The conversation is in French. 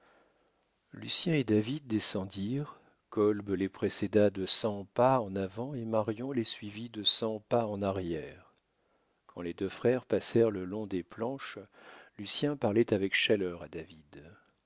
lucien et david descendirent kolb les précéda de cent pas en avant et marion les suivit de cent pas en arrière quand les deux frères passèrent le long des planches lucien parlait avec chaleur à david